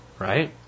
Right